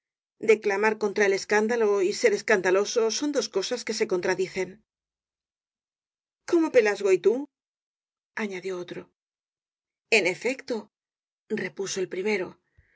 declamar contra el escándalo y ser escandaloso son dos cosas que se contradicen como pelasgo y tú añadió otro en efecto repuso el primero